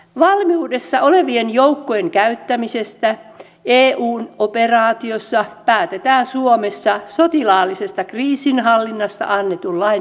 valmiudessa olevien joukkojen käyttämisestä eun operaatiossa päätetään suomessa sotilaallisesta kriisinhallinnasta annetun lain mukaisesti